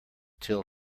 till